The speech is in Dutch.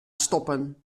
stoppen